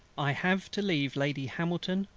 i have to leave lady hamilton,